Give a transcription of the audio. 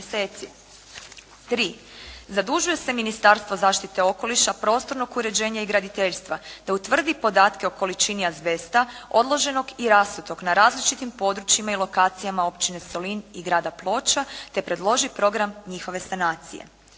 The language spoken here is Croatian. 3. Zadužuje se Ministarstvo zaštite okoliša, prostornog uređenja i graditeljstva da utvrdi podatke o količini azbesta odloženog i rasutog na različitim područjima i lokacijama općine Solin i grada Ploča, te predloži program njihove sanacije.